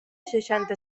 seixanta